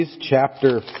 chapter